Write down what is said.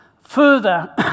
further